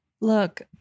look